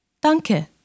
Danke